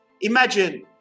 imagine